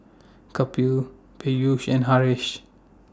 Kapil Peyush and Haresh